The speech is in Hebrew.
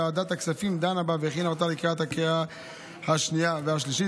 ועדת הכספים דנה בה והכינה אותה לקראת הקריאה השנייה והשלישית,